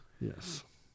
yes